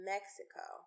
Mexico